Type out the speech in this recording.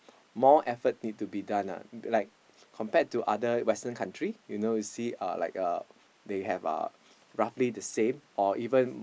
more effort need to be done ah like compared to other western country you know you see uh like uh they have uh roughly the same or even